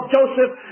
Joseph